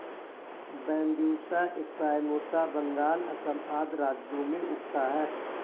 Bambusa spinosa Bengal, Assam आदि राज्यों में उगता है